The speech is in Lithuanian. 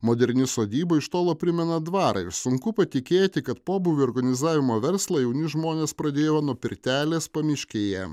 moderni sodyba iš tolo primena dvarą ir sunku patikėti kad pobūvių organizavimo verslą jauni žmonės pradėjo nuo pirtelės pamiškėje